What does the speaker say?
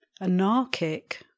anarchic